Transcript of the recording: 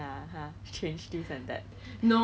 the sponge cake 你懂是什么吗就很像